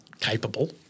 capable